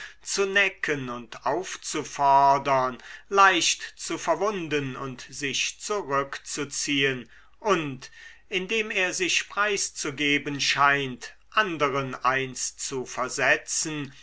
zu necken und aufzufordern leicht zu verwunden und sich zurückzuziehen und indem er sich preiszugeben scheint anderen eins zu versetzen